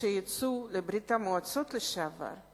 לאלה שיצאו מברית-המועצות לשעבר.